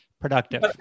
Productive